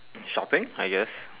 shopping I guess